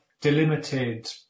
delimited